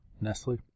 Nestle